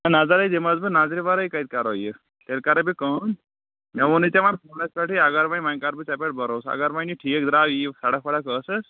نہ نظرے دِمس بہٕ نظرِ ورٲے کتہِ کرو یہِ تیٚلہِ کرٕے بہٕ کٲم مےٚ وۄنٕے ژےٚ وۄنۍ فونس پٮ۪ٹھٕے اگر وۄنۍ وۄنۍ کرٕ بہٕ ژےٚ پٮ۪ٹھ بروسہٕ اگر وۄنۍ یہِ ٹھیٖک درٛاو سڑک وڑک ٲسٕس